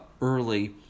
early